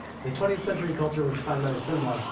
the twentieth century culture was defined by the cinema,